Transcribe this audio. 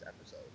episode